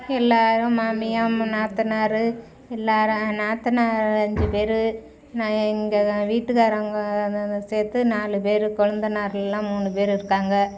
எல்லோரும் மாமியார் ம்மு நாத்தனார் எல்லாரும் ஆ நாத்தனார் அஞ்சு பேர் நான் எ எங்கள் தான் வீட்டுக்கார் அவங்க சேர்த்து நாலு பேர் கொழுந்தனாரெலாம் மூணு பேர் இருக்காங்க